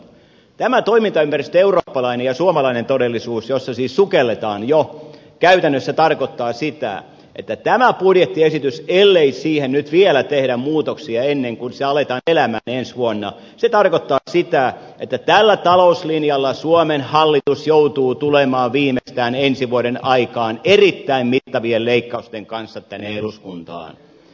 tämä toimintaympäristö eurooppalainen ja suomalainen todellisuus jossa siis sukelletaan jo käytännössä tarkoittaa sitä että tämä budjettiesitys ellei siihen nyt vielä tehdä muutoksia ennen kuin se aletaan elämään ensi vuonna se tarkoittaa sitä että tällä talouslinjalla suomen hallitus joutuu tulemaan viimeistään ensi vuoden aikaan erittäin mittavien leikkausten kanssa tänne eduskuntaan